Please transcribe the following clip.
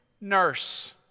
nurse